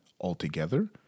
altogether